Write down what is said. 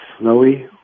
snowy